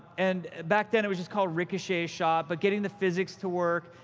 and back then it was just called ricochet shot. but getting the physics to work.